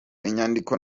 inyandiko